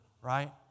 Right